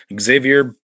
Xavier